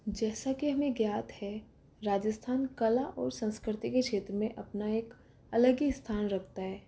जैसा की हमें ज्ञात है राजस्थान कला और संस्कृति के क्षेत्र में अपना एक अलग ही स्थान रखता है